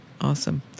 awesome